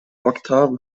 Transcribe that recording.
oktave